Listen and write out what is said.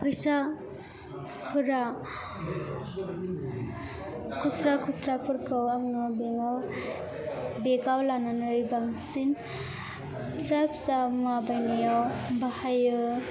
फैसाफोरा खुस्रा खुस्राफोरखौ आङो बेंकआव बेगआव लानानै बांसिन फिसा फिसा मुवा बायनायाव बाहायो